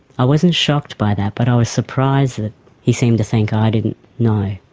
i wasn't shocked by that but i was surprised that he seemed to think i didn't know,